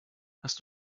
hast